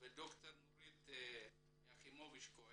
ד״ר נורית יחימוביץ כהו